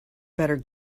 better